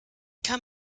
kann